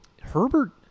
Herbert